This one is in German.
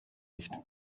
nicht